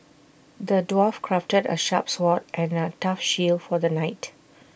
the dwarf crafted A sharp sword and A tough shield for the knight